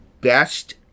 best